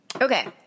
Okay